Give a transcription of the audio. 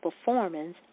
Performance